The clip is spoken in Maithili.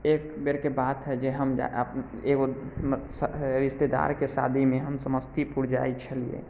एक बेरके बात हइ जे हम अप एगो रिश्तेदारके शादीमे हम समस्तीपुर जाइ छलिए